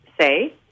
say